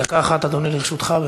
דקה אחת, אדוני, לרשותך.